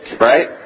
right